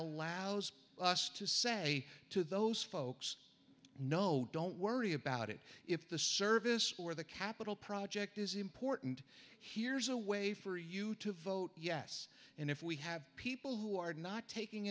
allows us to say to those folks no don't worry about it if the service or the capital project is important here's a way for you to vote yes and if we have people who are not taking